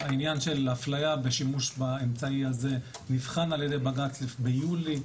הענין של אפליה בשימוש באמצעי הזה נבחן על ידי בג"צ ביולי,